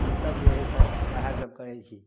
हमसभ जे हइ से वएह सभ करै छी